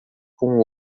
com